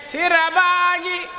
Sirabagi